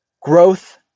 growth